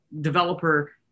developer